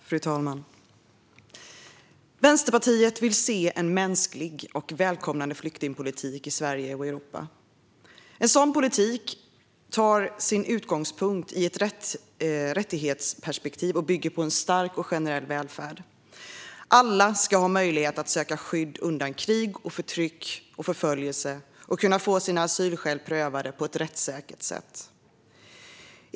Fru talman! Vänsterpartiet vill se en mänsklig och välkomnande flyktingpolitik i Sverige och Europa. En sådan politik tar sin utgångspunkt i ett rättighetsperspektiv och bygger på en stark och generell välfärd. Alla ska ha möjlighet att söka skydd undan krig, förtryck och förföljelse och kunna få sina asylskäl prövade på ett rättssäkert sätt.